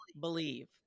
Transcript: believe